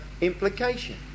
implication